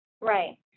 Right